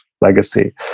legacy